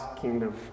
kingdom